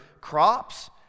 crops